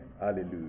Hallelujah